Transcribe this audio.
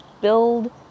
build